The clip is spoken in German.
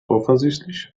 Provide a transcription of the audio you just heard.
offensichtlich